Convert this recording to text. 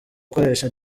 gukoresha